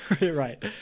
Right